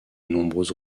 nombreuses